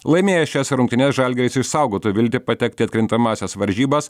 laimėjęs šias rungtynes žalgiris išsaugotų viltį patekti į atkrintamąsias varžybas